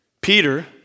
Peter